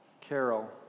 Carol